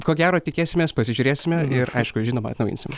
ko gero tikėsimės pasižiūrėsime ir aišku žinoma atnaujinsim